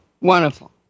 Wonderful